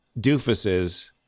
doofuses